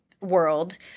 World